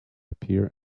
appear